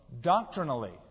Doctrinally